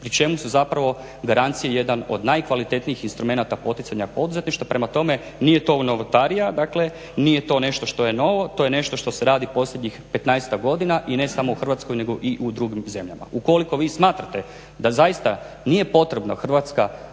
pri čemu su zapravo garancije jedan od najkvalitetnijih instrumenata poticanja poduzetništva. Prema tome, nije to novotarija, nije to nešto što je novo to je nešto što se radi posljednjih 15-ak godina i ne samo u Hrvatskoj nego i u drugim zemljama. Ukoliko vi smatrate da zaista nije potrebno da Hrvatska vlada